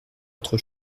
autre